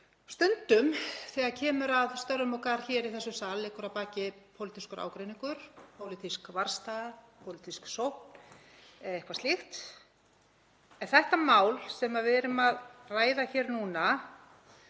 Stundum þegar kemur að störfum okkar hér í þessum sal liggur að baki pólitískur ágreiningur, pólitísk varðstaða, pólitísk sókn eða eitthvað slíkt, en þetta mál sem við erum að ræða hér núna,